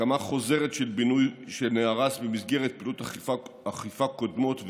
הקמה חוזרת של בינוי שנהרס במסגרת פעילויות אכיפה קודמות ועוד.